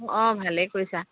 অঁ ভালেই কৰিছা